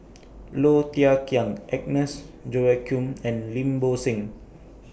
Low Thia Khiang Agnes Joaquim and Lim Bo Seng